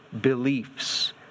beliefs